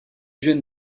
jeune